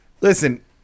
listen